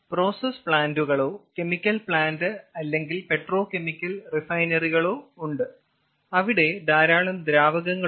process പ്ലാന്റുകളോ chemical plant അല്ലെങ്കിൽ petrochemical റിഫൈനറികളോ ഉണ്ട് അവിടെ ധാരാളം ദ്രാവകങ്ങൾ ഉണ്ട്